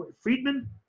Friedman